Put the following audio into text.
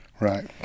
right